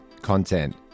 content